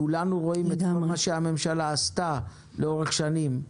כולנו רואים את מה שהממשלה עשתה ועושה לאורך שנים.